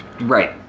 Right